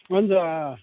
اَہَن حظ آ آ